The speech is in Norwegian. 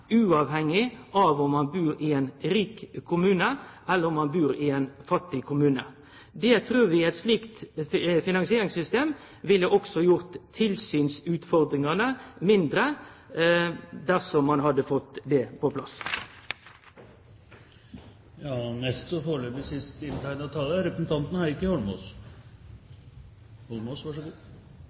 uavhengig av om ein bur i ein rik kommune eller om ein bur i ein fattig kommune. Vi trur at dersom ein hadde fått eit slikt finansieringssystem på plass, ville det gjort tilsynsutfordringane mindre. Det er